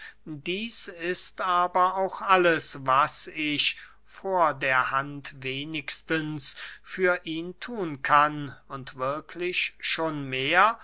dieß ist aber auch alles was ich vor der hand wenigstens für ihn thun kann und wirklich schon mehr